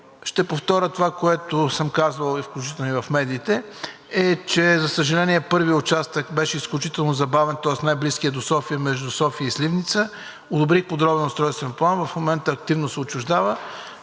ще повторя това, което съм казвал включително и в медиите – че, за съжаление, първият участък беше изключително забавен, тоест най-близкият до София, между София и Сливница. Одобрих подробен устройствен план. В момента активно се отчуждава,